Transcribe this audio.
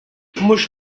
mhux